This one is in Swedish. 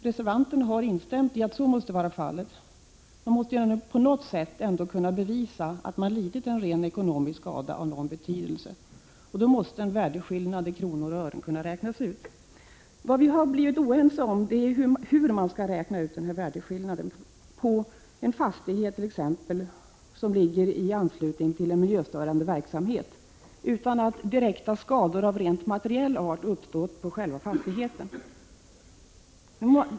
Reservanterna har instämt i att så måste vara fallet. Man måste ändå på något sätt kunna bevisa att man rent ekonomiskt har lidit skada av någon betydelse, och då måste en värdeskillnad i kronor och ören kunna räknas ut. Vad vi har blivit oense om är hur man skall räkna värdeminskningen på t.ex. en fastighet som ligger i anslutning till en miljöstörande verksamhet utan att direkta skador av rent materiell art uppstått på fastigheten.